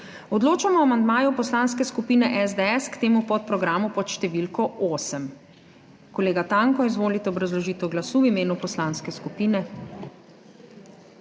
Odločamo o amandmaju Poslanske skupine SDS k podprogramu Upravljanje z vodami. Kolega Tanko, izvolite obrazložitev glasu. V imenu poslanske skupine,